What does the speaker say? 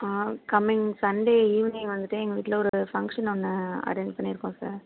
coming Sunday evening வந்துவிட்டு எங்கள் வீட்டில் ஒரு ஃபங்க்ஷன் ஒன்று அரேஞ்ச் பண்ணிருக்கோம் சார்